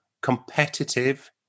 competitive